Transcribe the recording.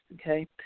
okay